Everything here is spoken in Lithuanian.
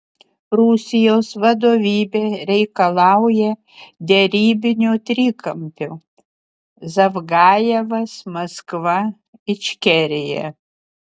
rusijos vadovybė reikalauja derybinio trikampio zavgajevas maskva ičkerija